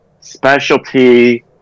specialty